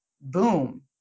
boom